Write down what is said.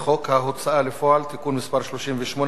ההוצאה לפועל (תיקון מס' 38),